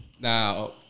now